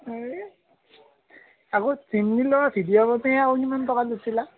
এই আগত জিমনী লোৱা ভিডিঅ' বনে আৰু কিমান টকা লুটিলাক